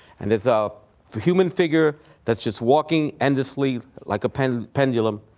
and there's a human figure that's just walking endlessly like a pendulum pendulum